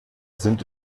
sind